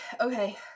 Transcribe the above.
okay